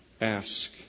Ask